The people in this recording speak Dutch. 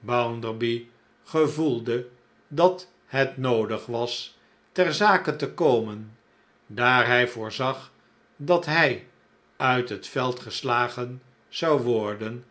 bounderby gevoelde dat het noodig was ter zake te komen daar hij voorzag dat hij uit het veld geslagen zou worden